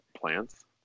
plants